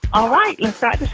all right. let's start the show